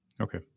Okay